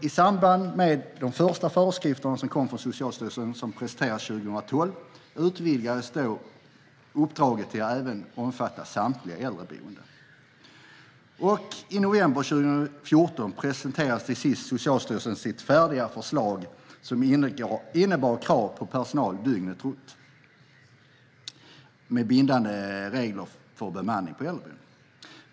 I samband med att de första föreskrifterna från Socialstyrelsen presenterades 2012 utvidgades uppdraget till att omfatta samtliga äldreboenden. I november 2014 presenterade till sist Socialstyrelsen sitt färdiga förslag, som innebar krav på personal dygnet runt samt bindande regler för bemanning på äldreboenden.